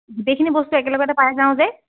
গোটইখিনি বস্তু একেলগতে পাই যাওঁ যে